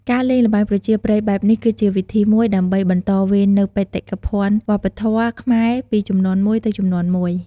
ការលេងល្បែងប្រជាប្រិយបែបនេះ គឺជាវិធីមួយដើម្បីបន្តវេននូវបេតិកភណ្ឌវប្បធម៌ខ្មែរពីជំនាន់មួយទៅជំនាន់មួយ។